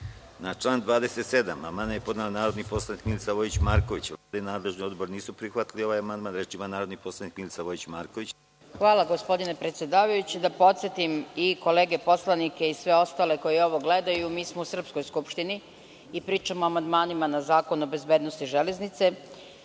član 27. amandman je podnela narodni poslanik Milica Vojić Marković. Vlada i nadležni odbor nisu prihvatili ovaj amandman. Reč ima narodni poslanik Milica Vojić Marković. **Milica Vojić-Marković** Hvala gospodine predsedavajući. Da podsetim i kolege poslanike i sve ostale koji ovo gledaju, mi smo u srpskoj Skupštini i pričamo o amandmanima na Zakon o bezbednosti železnice.